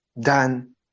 done